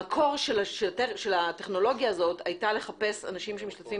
המקור של הטכנולוגיה הזאת היה לחפש אנשים שמשתתפים